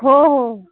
हो हो